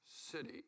city